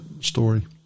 story